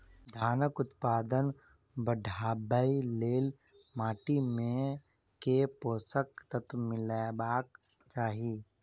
धानक उत्पादन बढ़ाबै लेल माटि मे केँ पोसक तत्व मिलेबाक चाहि?